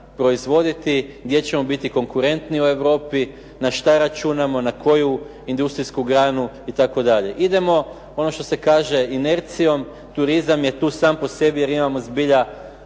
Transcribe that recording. proizvoditi, gdje ćemo biti konkurentni u Europi, na šta računamo, na koju industrijsku granu, itd. Idemo ono što se kaže inercijom, turizam je tu sam po sebi jer imamo zbilja